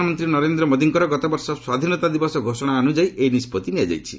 ପ୍ରଧାନମନ୍ତ୍ରୀ ନରେନ୍ଦ୍ର ମୋଦିଙ୍କର ଗତବର୍ଷ ସ୍ୱାଧୀନତା ଦିବସ ଘୋଷଣା ଅନୁଯାୟୀ ଏହି ନିଷ୍କଭି ନିଆଯାଇଛି